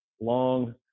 long